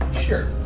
sure